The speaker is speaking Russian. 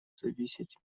зависеть